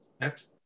Next